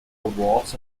awards